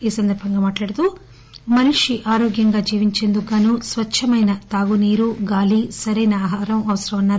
ఈ సందర్బంగా మాట్లాడుతూ మనిషి ఆరోగ్యంగా జీవించేందుకుగానూ స్పచ్చమైన తాగునీరు గాలిసరైన ఆహారం అవసరమన్సారు